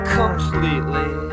completely